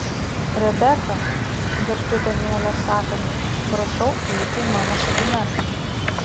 rebeka girdžiu danielę sakant prašau eiti į mano kabinetą